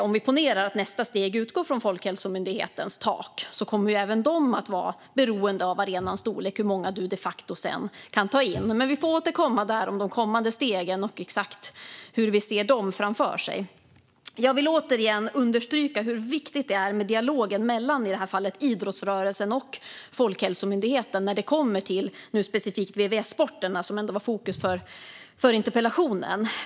Om nästa steg utgår från Folkhälsomyndighetens tak kommer även detta - hur många man de facto kan ta in - att vara beroende av arenans storlek. Vi får dock återkomma till de kommande stegen och exakt hur vi ser dem framför oss. Jag vill återigen understryka hur viktigt det är med dialogen mellan, i det här fallet, idrottsrörelsen och Folkhälsomyndigheten när det gäller VVS-sporterna, som är fokus för interpellationen.